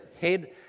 head